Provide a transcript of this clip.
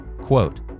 Quote